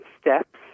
steps